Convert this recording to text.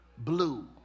blue